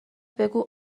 بگو